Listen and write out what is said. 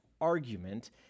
argument